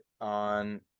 on